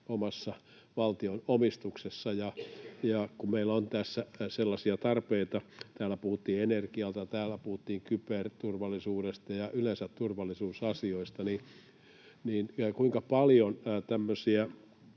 omassa valtion omistuksessa. Kun meillä on tässä sellaisia tarpeita, täällä puhuttiin energiasta, täällä puhuttiin kyberturvallisuudesta ja yleensä turvallisuusasioista, niin kuinka paljon on tämmöisiä